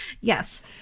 yes